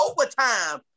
overtime